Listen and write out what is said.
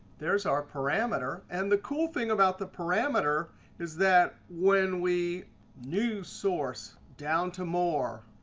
there is our parameter. and the cool thing about the parameter is that when we new source, down to more,